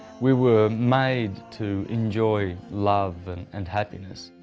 we were made to enjoy love and and happiness.